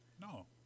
No